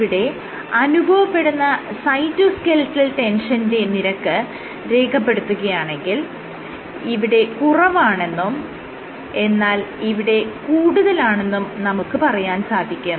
ഇവിടെ അനുഭവപ്പെടുന്ന സൈറ്റോസ്കെലിറ്റൽ ടെൻഷന്റെ നിരക്ക് രേഖപ്പെടുത്തുകയാണെങ്കിൽ ഇവിടെ കുറവാണെന്നും എന്നാൽ ഇവിടെ കൂടുതലാണെന്നും നമുക്ക് പറയാൻ സാധിക്കും